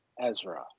Ezra